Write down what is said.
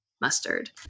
mustard